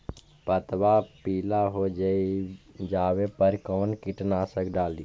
पतबा पिला हो जाबे पर कौन कीटनाशक डाली?